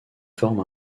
forme